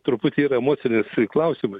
truputį yra emocinis klausimas